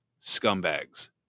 scumbags